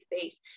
face